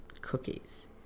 Cookies